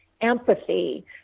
empathy